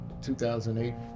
2008